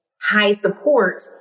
high-support